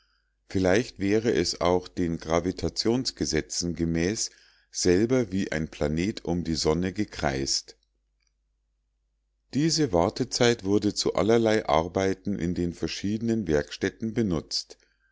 vielleicht auch wäre es den gravitationsgesetzen gemäß selber wie ein planet um die sonne gekreist diese wartezeit wurde zu allerlei arbeiten in den verschiedenen werkstätten benutzt